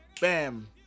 bam